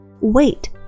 Wait